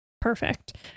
Perfect